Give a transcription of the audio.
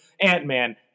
Ant-Man